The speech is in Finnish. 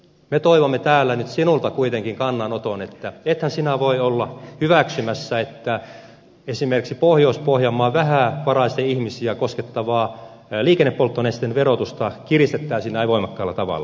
me toivomme täällä nyt sinulta kuitenkin kannanoton että ethän sinä voi olla hyväksymässä että esimerkiksi pohjois pohjanmaan vähävaraisia ihmisiä koskettavaa liikennepolttonesteen verotusta kiristettäisiin näin voimakkaalla tavalla